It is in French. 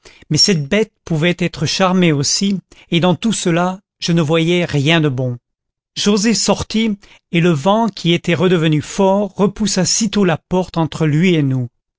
mais cette bête pouvait être charmée aussi et dans tout cela je ne voyais rien de bon joset sortit et le vent qui était redevenu fort repoussa sitôt la porte entre lui et nous